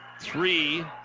Three